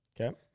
Okay